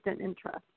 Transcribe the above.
interest